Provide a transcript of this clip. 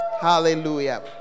Hallelujah